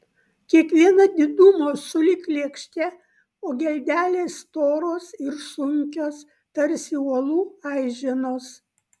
kiekviena didumo sulig lėkšte o geldelės storos ir sunkios tarsi uolų aiženos